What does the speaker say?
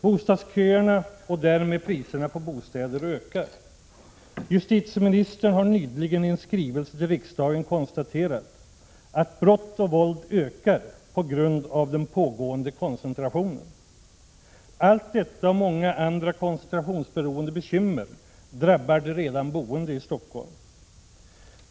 Bostadsköerna och därmed priserna på bostäder ökar. Justitieministern har nyligen i en skrivelse till riksdagen konstaterat att brott och våld ökar på grund av den pågående koncentrationen. Allt detta och många andra bekymmer som beror på koncentrationen drabbar de redan boende i Stockholm.